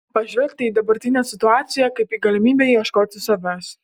pažvelgti į dabartinę situaciją kaip į galimybę ieškoti savęs